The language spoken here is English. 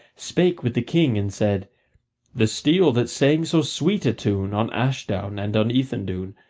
spake with the king and said the steel that sang so sweet a tune on ashdown and on ethandune,